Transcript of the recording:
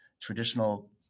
traditional